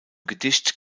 gedicht